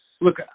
look